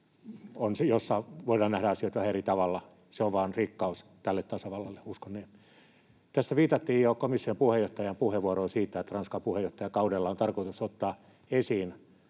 joissa voidaan nähdä asioita eri tavalla. Se on vain rikkaus tälle tasavallalle, uskon niin. Tässä viitattiin jo komission puheenjohtajan puheenvuoroon siitä, että Ranskan puheenjohtajakaudella on tarkoitus ottaa esiin